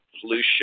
pollution